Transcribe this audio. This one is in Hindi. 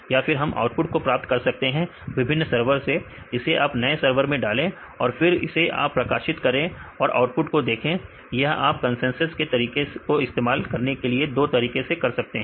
या फिर हम आउटपुट को प्राप्त कर सकते हैं विभिन्न सर्वर से इसे आप नए सर्वर में डालें फिर इसे आप प्रशिक्षित करें और आउटपुट को देखें यह आप कंसेंसस से तरीके को इस्तेमाल करने के लिए दो तरह से कर सकते हैं